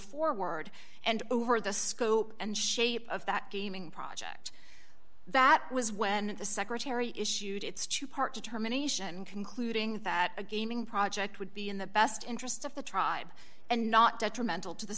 forward and over the scope and shape of that gaming project that was when the secretary issued its two part determination concluding that a gaming project would be in the best interest of the tribe and not detrimental to the